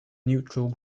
neutral